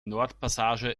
nordpassage